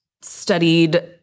studied